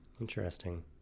interesting